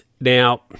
Now